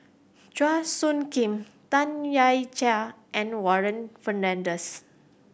Chua Soo Khim Tam Wai Jia and Warren Fernandez